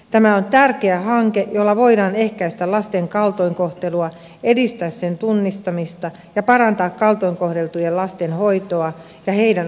tämä on tärkeä hanke jolla voidaan ehkäistä lasten kaltoinkohtelua edistää sen tunnistamista ja parantaa kaltoin kohdeltujen lasten hoitoa ja heidän oikeusturvaansa